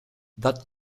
that